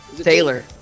Taylor